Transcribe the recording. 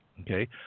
Okay